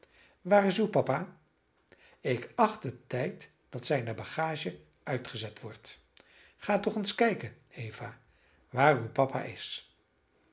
waar is uw papa ik acht het tijd dat zijne bagage uitgezet wordt ga toch eens kijken eva waar uw papa is